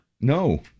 No